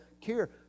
care